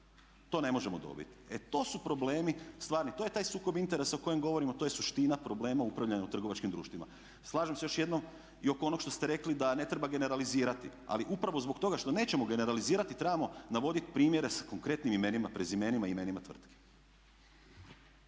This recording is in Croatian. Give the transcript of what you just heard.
to ne možemo dobiti. E to su problemi stvarni, to je taj sukob interesa o kojem govorim, to je suština problema u upravljanju trgovačkim društvima. Slažem se još jednom i oko onog što ste rekli da ne treba generalizirati ali upravo zbog toga što nećemo generalizirati trebamo navoditi primjere s konkretnim imenima, prezimenima i imenima tvrtki.